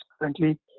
currently